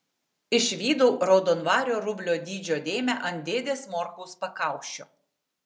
išvydau raudonvario rublio dydžio dėmę ant dėdės morkaus pakaušio